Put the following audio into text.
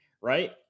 right